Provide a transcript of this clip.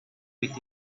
with